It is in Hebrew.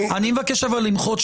אני מבקש למחות.